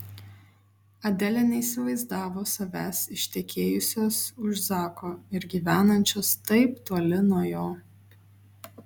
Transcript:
adelė neįsivaizdavo savęs ištekėjusios už zako ir gyvenančios taip toli nuo jo